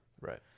Right